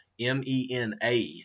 M-E-N-A